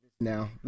now